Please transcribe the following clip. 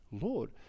Lord